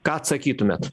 ką atsakytumėt